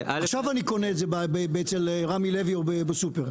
עכשיו אני קונה את זה אצל רמי לוי או בשופרסל.